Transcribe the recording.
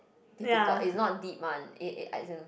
difficult it's not deep one it it as in